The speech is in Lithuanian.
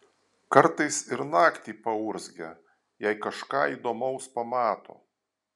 kartais ir naktį paurzgia jei kažką įdomaus pamato